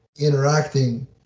interacting